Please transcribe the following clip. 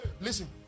listen